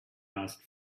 asked